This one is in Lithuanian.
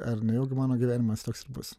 ar nejaugi mano gyvenimas toks ir bus